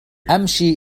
أمشي